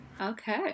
Okay